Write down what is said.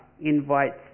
invites